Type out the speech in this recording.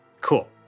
Cool